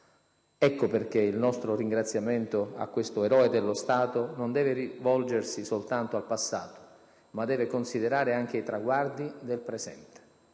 Ecco perché il nostro ringraziamento a questo eroe dello Stato non deve rivolgersi soltanto al passato, ma deve considerare anche i traguardi del presente.